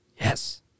Yes